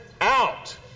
out